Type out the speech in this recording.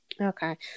Okay